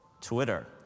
Twitter